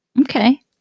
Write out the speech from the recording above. okay